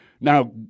Now